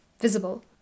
visible